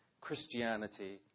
Christianity